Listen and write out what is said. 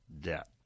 debt